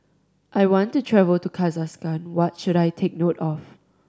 I want to travel to Kazakhstan what should I take note of